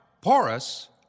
porous